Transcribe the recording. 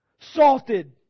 salted